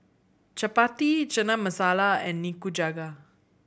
Chapati Chana Masala and Nikujaga